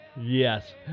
Yes